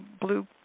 blue